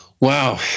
Wow